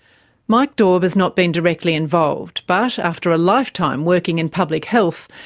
mike daube has not been directly involved, but, after a lifetime working in public health,